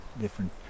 different